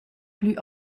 plü